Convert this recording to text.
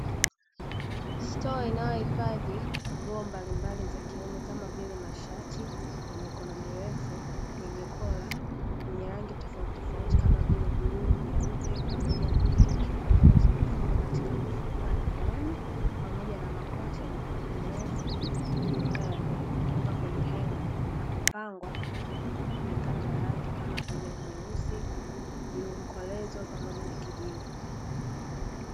Stoo inayohifadhi nguo mbalimbali za kiume kama vile mashati ya mikono mirefu yenye kola, nyenye rangi tofautitofauti kama vile: bluu, nyeupe, pamoja na pinki; ambazo zimefungwa katika mifuko ya nailoni. Pamoja na makoti ya mikono mirefu ambayo yamewekwa kwenye henga na kupangwa kulingana na rangi, kama vile: nyeusi, bluu mkolezo, pamoja na kijivu.